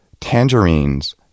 Tangerines